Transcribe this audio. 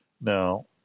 Now